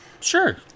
Sure